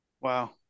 Wow